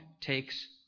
takes